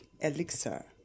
Elixir